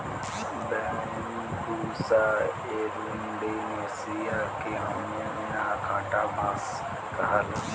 Bambusa arundinacea के हमनी इन्हा कांटा बांस कहाला